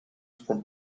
from